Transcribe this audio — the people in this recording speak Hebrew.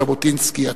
ז'בוטינסקי עצמו.